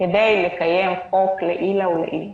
כדי לקיים חוק לעילא ולעילא.